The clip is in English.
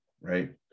right